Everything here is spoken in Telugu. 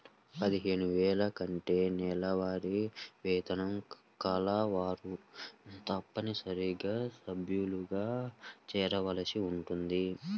పదిహేను వేల కంటే నెలవారీ వేతనం కలవారు తప్పనిసరిగా సభ్యులుగా చేరవలసి ఉంటుంది